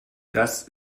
das